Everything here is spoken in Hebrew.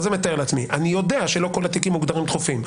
אני יודע שלא כל התיקים מוגדרים דחופים.